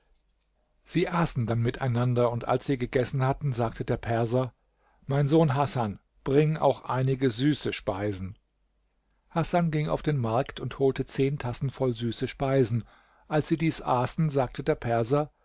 sie aßen dann miteinander und als sie gegessen hatten sagte der perser mein sohn hasan bring auch einige süße speisen hasan ging auf den markt und holte zehn tassen voll süße speisen als sie dies aßen sagte der perser